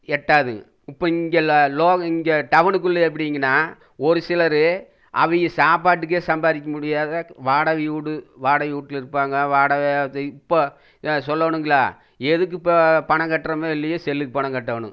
எட்டாதுங்க இப்போ இங்கே லோ இங்கே டவுனுக்குள்ள எப்படிங்கன்னா ஒரு சிலரு அவுக சாப்பாட்டுக்கே சம்பாதிக்க முடியாத வாடகை வீடு வாடகை வீட்ல இருப்பாங்க வாடகை இப்போ சொல்லணுங்களா எதுக்கு இப்போ பணம் கட்டுகிறமோ இல்லையோ செல்லுக்கு பணம் கட்டணும்